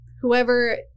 whoever